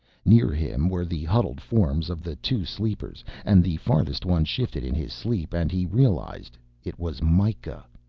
near him were the huddled forms of the two sleepers and the farthest one shifted in his sleep and he realized it was mikah.